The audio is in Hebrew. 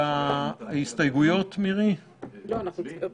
באה הרשות המבצעת ואמרה: אני רוצה להכניס את